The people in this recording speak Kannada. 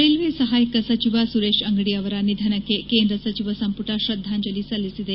ರೈಲ್ವೆ ಸಹಾಯಕ ಸಚಿವ ಸುರೇಶ್ ಅಂಗಡಿ ಅವರ ನಿಧನಕ್ಕೆ ಕೇಂದ್ರ ಸಚಿವ ಸಂಪುಟ ಶ್ರದ್ದಾಂಜಲಿ ಸಲ್ಲಿಸಿದೆ